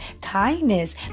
kindness